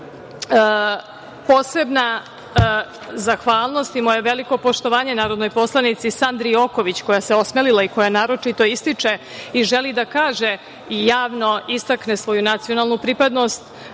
posebna zahvalnost i moje veliko poštovanje narodnoj poslanici Sandri Joković koja se osmelila i koja naročito ističe i želi da kaže i javno da istakne svoju nacionalnu pripadnost